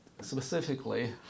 specifically